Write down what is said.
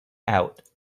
out